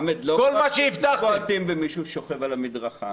חמד, לא בועטים במי ששוכב על המדרכה.